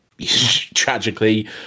tragically